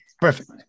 perfect